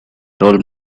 role